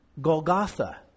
Golgotha